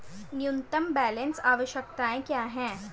न्यूनतम बैलेंस आवश्यकताएं क्या हैं?